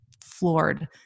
floored